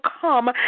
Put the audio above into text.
come